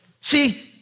See